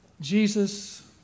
Jesus